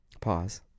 Pause